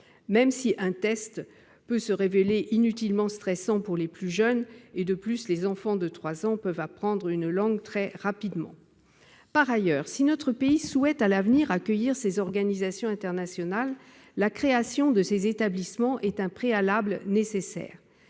même si un test peut se révéler inutilement stressant pour les plus jeunes et si les enfants de 3 ans peuvent apprendre une langue très rapidement. Par ailleurs, si notre pays souhaite à l'avenir accueillir ces organisations internationales, la création de ces établissements est un préalable nécessaire.